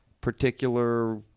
particular